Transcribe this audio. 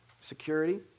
Security